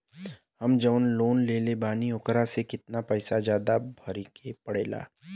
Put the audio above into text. हम जवन लोन लेले बानी वोकरा से कितना पैसा ज्यादा भरे के पड़ेला?